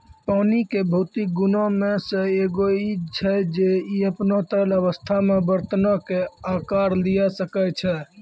पानी के भौतिक गुणो मे से एगो इ छै जे इ अपनो तरल अवस्था मे बरतनो के अकार लिये सकै छै